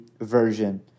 version